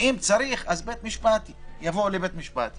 ואם צריך אז זה יבוא לבית המשפט,